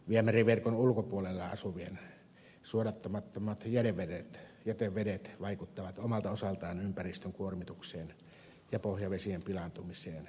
viemäriverkon ulkopuolella asuvien suodattamattomat jätevedet vaikuttavat omalta osaltaan ympäristön kuormitukseen ja pohjavesien pilaantumiseen